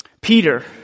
Peter